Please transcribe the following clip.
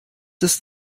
ist